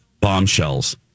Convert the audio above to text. bombshells